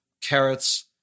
carrots